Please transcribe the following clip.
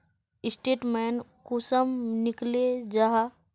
Statement कुंसम निकले जाहा?